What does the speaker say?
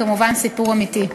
כמובן סיפור אמיתי: